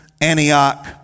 Antioch